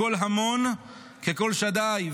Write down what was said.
קול המון כקול שדי,